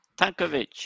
Tankovic